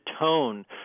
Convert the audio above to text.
tone